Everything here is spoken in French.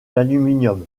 d’aluminium